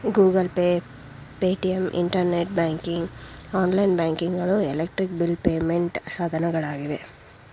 Google Pay, Paytm, internet banking, online banking ಗಳು electric bill payment ಸಾಧನಗಳಾಗಿವೆ